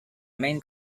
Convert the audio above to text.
main